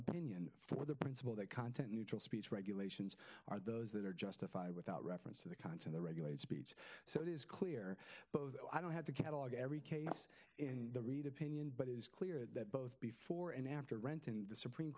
opinion for the principle that content neutral speech regulations are those that are justified without reference to the content the regulated speech so it is clear but i don't have to catalog every case in the read opinion but it is clear that both before and after rent in the supreme